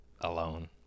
alone